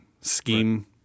scheme